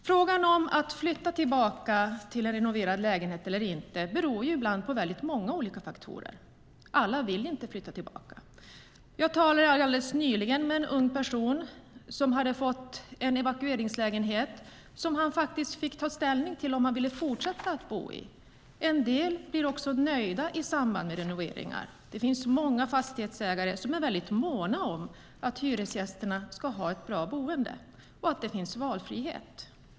Frågan om att flytta tillbaka till en renoverad lägenhet eller inte beror ibland på många faktorer. Alla vill inte flytta tillbaka. Jag talade alldeles nyligen med en ung person som hade fått en evakueringslägenhet, och han fick ta ställning till om han ville fortsätta att bo i lägenheten. En del blir nöjda i samband med renoveringar. Det finns många fastighetsägare som är måna om att hyresgästerna ska ha ett bra boende och att det finns valfrihet.